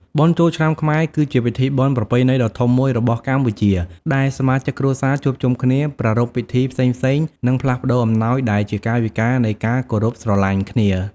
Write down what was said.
បុណ្យចូលឆ្នាំខ្មែរ គឺជាពិធីបុណ្យប្រពៃណីដ៏ធំមួយរបស់កម្ពុជា ដែលសមាជិកគ្រួសារជួបជុំគ្នា ប្រារព្ធពិធីផ្សេងៗ និងផ្លាស់ប្តូរអំណោយដែលជាកាយវិការនៃការគោរពស្រឡាញ់គ្នា។